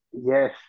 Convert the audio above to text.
yes